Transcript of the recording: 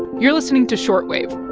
you're listening to short wave